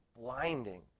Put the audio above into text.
blinding